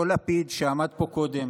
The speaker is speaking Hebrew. אותו לפיד שעמד פה קודם